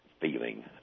feeling